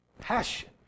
passion